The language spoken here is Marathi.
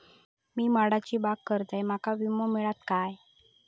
मी माडाची बाग करतंय माका विमो मिळात काय?